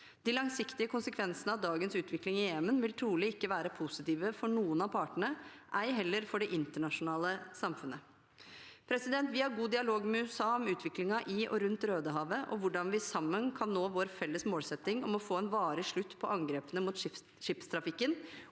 De langsiktige konsekvensene av dagens utvikling i Jemen vil trolig ikke være positive for noen av partene, ei heller for det internasjonale samfunnet. Vi har god dialog med USA om utviklingen i og rundt Rødehavet og hvordan vi sammen kan nå vår felles målsetting om å få en varig slutt på angrepene mot skipstrafikken